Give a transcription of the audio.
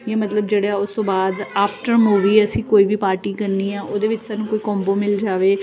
ਜਾਂ ਮਤਲਬ ਜਿਹੜੇ ਉਸ ਤੋਂ ਬਾਅਦ ਆਫਟਰ ਮੂਵੀ ਅਸੀਂ ਕੋਈ ਵੀ ਪਾਰਟੀ ਕਰਨੀ ਆ ਉਹਦੇ ਵਿੱਚ ਸਾਨੂੰ ਕੋਈ ਕੋਂਬੋ ਮਿਲ ਜਾਵੇ